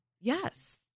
Yes